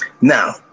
Now